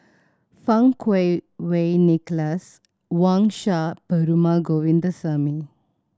Fang Kuo Wei Nicholas Wang Sha Perumal Govindaswamy